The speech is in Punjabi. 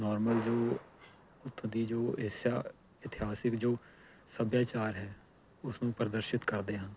ਨੋਰਮਲ ਜੋ ਇੱਥੋਂ ਦੀ ਜੋ ਇਸ ਦਾ ਇਤਿਹਾਸਿਕ ਜੋ ਸੱਭਿਆਚਾਰ ਹੈ ਉਸਨੂੰ ਪ੍ਰਦਰਸ਼ਿਤ ਕਰਦੇ ਹਨ